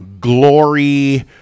glory